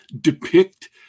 depict